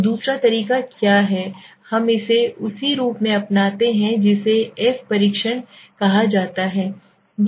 तो दूसरा तरीका क्या है हम इसे उसी रूप में अपनाते हैं जिसे एफ परीक्षण कहा जाता है